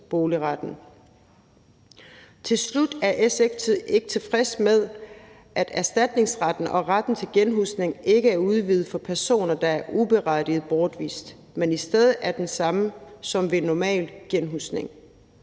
boligretten. Så er SF ikke tilfreds med, at erstatningsretten og retten til genhusning ikke er udvidet for personer, der er uberettiget bortvist, men at det i stedet er det samme som ved en normal genhusning.